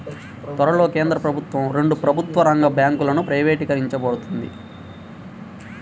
త్వరలో కేంద్ర ప్రభుత్వం రెండు ప్రభుత్వ రంగ బ్యాంకులను ప్రైవేటీకరించబోతోంది